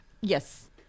Yes